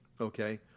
okay